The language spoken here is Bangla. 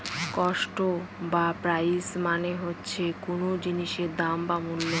কস্ট বা প্রাইস মানে হচ্ছে কোন জিনিসের দাম বা মূল্য